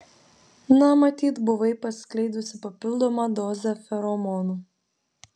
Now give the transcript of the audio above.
na matyt buvai paskleidusi papildomą dozę feromonų